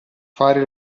fare